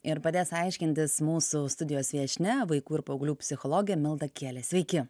ir padės aiškintis mūsų studijos viešnia vaikų ir paauglių psichologė milda kielė sveiki